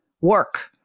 work